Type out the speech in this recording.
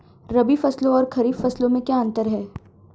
रबी फसलों और खरीफ फसलों में क्या अंतर है?